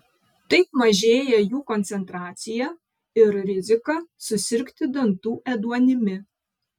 taip mažėja jų koncentracija ir rizika susirgti dantų ėduonimi